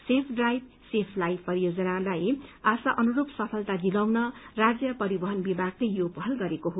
safe drive save live परियोजनाहरूलाई आशा अनुरूप सफलता दिलाउन राज्य परिवहन विभागले यो पहल गरेको हो